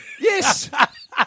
Yes